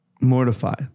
mortified